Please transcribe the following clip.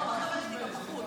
חברת הכנסת גוטליב,